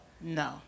no